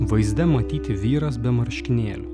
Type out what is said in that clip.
vaizde matyti vyras be marškinėlių